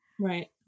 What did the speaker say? Right